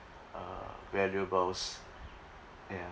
uh valuables ya